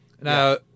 Now